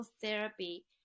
therapy